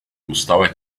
gustaba